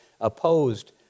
opposed